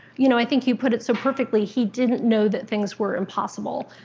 you know, i think you put it so perfectly, he didn't know that things were impossible.